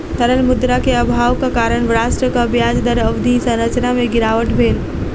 तरल मुद्रा के अभावक कारण राष्ट्रक ब्याज दर अवधि संरचना में गिरावट भेल